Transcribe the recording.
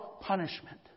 punishment